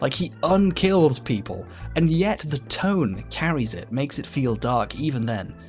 like he unkills people and yet the tone carries it. makes it feel dark even then.